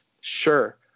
Sure